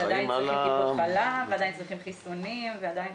עדיין צריכים טיפות חלב ועדיין צריכים חיסונים וכולי.